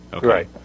Right